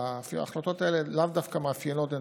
ההחלטות האלה לאו דווקא מאפיינות את